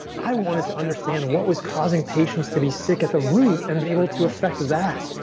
i wanted to understand what was causing patients to be sick at the root and be able to affect that.